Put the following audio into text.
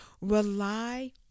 rely